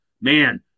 man